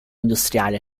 industriale